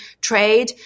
trade